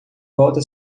volta